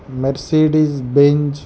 Mercedes Benz